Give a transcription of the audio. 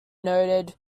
noted